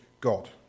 God